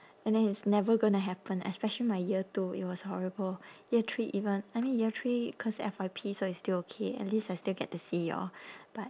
and then it's never gonna happen especially my year two it was horrible year three even I mean year three cause F_Y_P so it's still okay at least I still get to see y'all but